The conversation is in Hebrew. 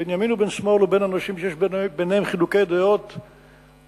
בין ימין ובין שמאל ובין אנשים שיש ביניהם חילוקי דעות עמוקים,